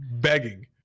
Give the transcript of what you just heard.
begging